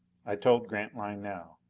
i told grantline now.